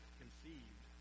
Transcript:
conceived